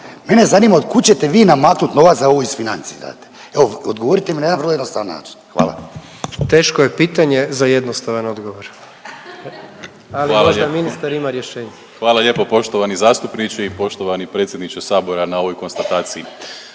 Mene zanima otkud ćete vi namaknut novac da ovo isfinancirate? Evo odgovorite mi na jedan vrlo jednostavan način, hvala. **Jandroković, Gordan (HDZ)** Teško je pitanje za jednostavan odgovor, ali možda ministar ima rješenje. **Primorac, Marko** Hvala lijepo poštovani zastupniče i poštovani predsjedniče sabora na ovoj konstataciji.